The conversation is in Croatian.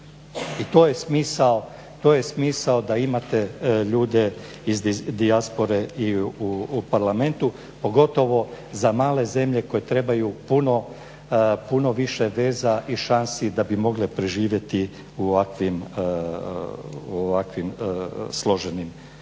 I to je smisao da imate ljude iz dijaspore i u Parlamentu, pogotovo za male zemlje koje trebaju puno više veza i šansi da bi mogle preživjeti u ovakvim složenim situacijama.